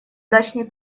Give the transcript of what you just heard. дачный